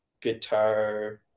guitar